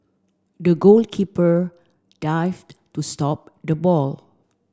the goalkeeper dived to stop the ball